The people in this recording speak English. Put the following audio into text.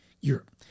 Europe